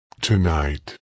tonight